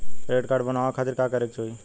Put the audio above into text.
Credit card बनवावे खातिर का करे के होई?